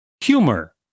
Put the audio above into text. humor